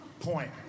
point